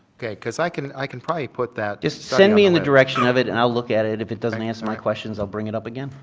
okay, cause i can i can probably put that just send me in the direction of it and i'll look at it, if it doesn't answer my questions i'll bring it up again.